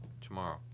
tomorrow